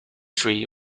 tree